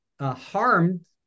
harmed